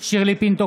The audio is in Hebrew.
שירלי פינטו